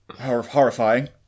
horrifying